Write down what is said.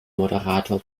moderator